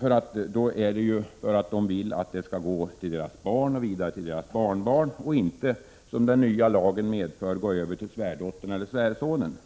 är därför de vill att den skall gå till deras barn och vidare till deras barnbarn och inte — som den nya lagen medför — till svärdottern eller svärsonen.